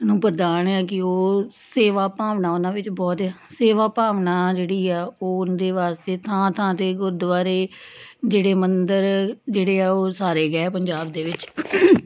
ਨੂੰ ਪ੍ਰਦਾਨ ਆ ਕੀ ਉਹ ਸੇਵਾ ਭਾਵਨਾ ਉਹਨਾਂ ਵਿੱਚ ਬਹੁਤ ਆ ਸੇਵਾ ਭਾਵਨਾ ਜਿਹੜੀ ਆ ਉਹ ਉਹਦੇ ਵਾਸਤੇ ਥਾਂ ਥਾਂ 'ਤੇ ਗੁਰਦੁਆਰੇ ਜਿਹੜੇ ਮੰਦਿਰ ਜਿਹੜੇ ਆ ਉਸਾਰੇ ਗਏ ਆ ਪੰਜਾਬ ਦੇ ਵਿੱਚ